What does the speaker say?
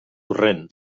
hurren